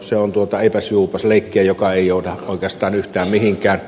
se on eipäsjuupas leikkiä joka ei johda oikeastaan yhtään mihinkään